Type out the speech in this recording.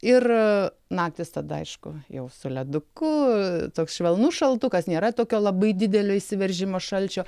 ir naktys tad aišku jau su leduku toks švelnus šaltukas nėra tokio labai didelio įsiveržimo šalčio